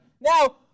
now